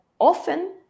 often